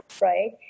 right